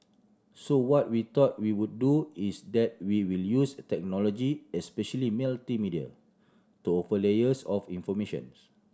so what we thought we would do is that we will use technology especially multimedia to offer layers of information's